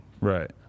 Right